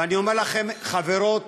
ואני אומר לכן, חברות